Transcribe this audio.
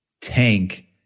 tank